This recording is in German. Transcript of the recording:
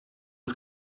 ist